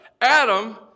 Adam